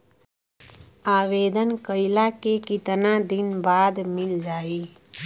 आवेदन कइला के कितना दिन बाद मिल जाई?